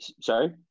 Sorry